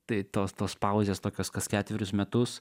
tai tos tos pauzės tokios kas ketverius metus